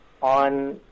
on